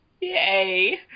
yay